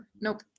Nope